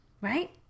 right